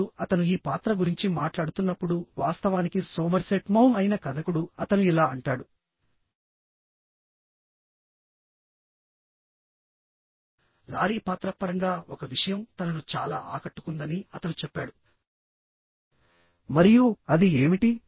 ఇప్పుడుఅతను ఈ పాత్ర గురించి మాట్లాడుతున్నప్పుడువాస్తవానికి సోమర్సెట్ మౌమ్ అయిన కథకుడు అతను ఇలా అంటాడు లారీ పాత్ర పరంగా ఒక విషయం తనను చాలా ఆకట్టుకుందని అతను చెప్పాడుమరియు అది ఏమిటి